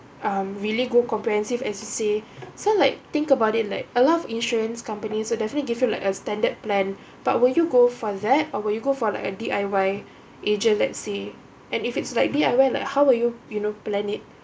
um really good comprehensive as you say so like think about it like a lot of insurance companies will definitely give you like a standard plan but will you go for that or would you go for like a D_I_Y agent let's say and if it's like D_I_Y like how will you you know plan it